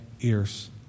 ears